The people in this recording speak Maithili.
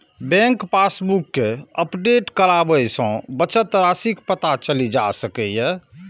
बैंक पासबुक कें अपडेट कराबय सं बचत राशिक पता चलि सकैए